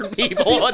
people